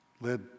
led